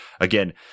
Again